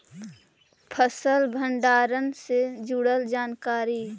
फसल भंडारन से जुड़ल जानकारी?